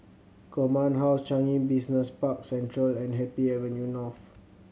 Command House Changi Business Park Central and Happy Avenue North